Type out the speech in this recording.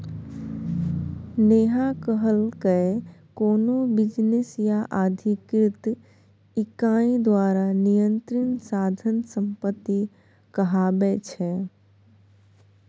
नेहा कहलकै कोनो बिजनेस या आर्थिक इकाई द्वारा नियंत्रित साधन संपत्ति कहाबै छै